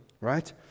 Right